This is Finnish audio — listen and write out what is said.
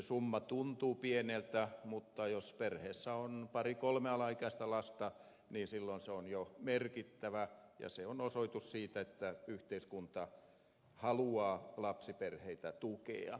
summa tuntuu pieneltä mutta jos perheessä on pari kolme alaikäistä lasta niin silloin se on jo merkittävä ja se on osoitus siitä että yhteiskunta haluaa lapsiperheitä tukea